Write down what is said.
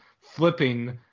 flipping